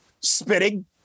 spitting